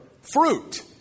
fruit